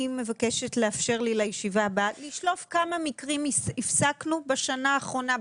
אני מבקשת לאפשר לי לישיבה הבאה לשלוף כמה מקרים הפסקנו בשנה האחרונה,